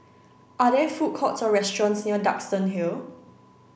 are there food courts or restaurants near Duxton Hill